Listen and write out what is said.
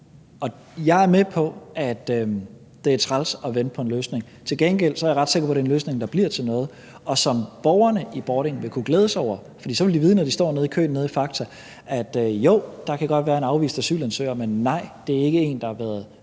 Jeg er med på, at det er træls at vente på en løsning. Til gengæld er jeg ret sikker på, at det er en løsning, der bliver til noget, og som borgerne i Bording kan glæde sig over, for så vil de vide, når de står i køen nede i fakta, at ja, der kan godt være en afvist asylansøger, men nej, det er ikke en, der har været